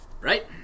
Right